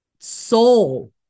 soul